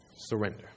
surrender